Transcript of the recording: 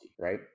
right